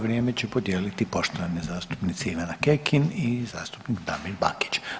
Vrijeme će podijeliti poštovane zastupnice Ivana Kekin i zastupnik Damir Bakić.